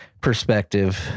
perspective